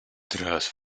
tras